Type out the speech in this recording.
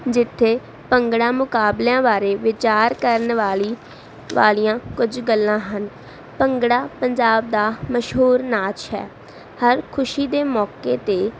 ਜਿੱਥੇ ਭੰਗੜਾ ਮੁਕਾਬਲਿਆਂ ਬਾਰੇ ਵਿਚਾਰ ਕਰਨ ਵਾਲੀ ਵਾਲੀਆਂ ਕੁਝ ਗੱਲਾਂ ਹਨ ਭੰਗੜਾ ਪੰਜਾਬ ਦਾ ਮਸ਼ਹੂਰ ਨਾਚ ਹੈ ਹਰ ਖੁਸ਼ੀ ਦੇ ਮੌਕੇ 'ਤੇ